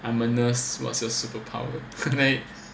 I'm nurse what's your superpower